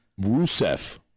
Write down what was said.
Rusev